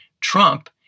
Trump